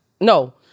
no